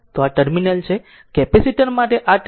તો આ આ ટર્મિનલ છે કેપેસિટર માટે આ ટર્મિનલ છે